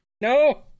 No